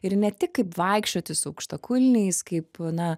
ir ne tik kaip vaikščioti su aukštakulniais kaip na